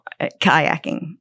kayaking